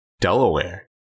Delaware